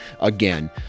again